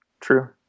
True